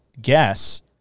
Guess